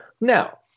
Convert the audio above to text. now